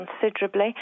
considerably